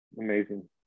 Amazing